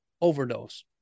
overdose